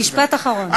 משפט אחרון.